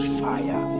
fire